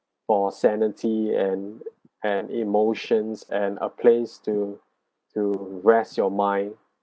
for sanity and and emotions and a place to to rest your mind